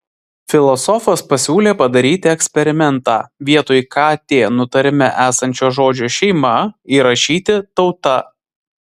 filosofas pasiūlė padaryti eksperimentą vietoj kt nutarime esančio žodžio šeima įrašyti tauta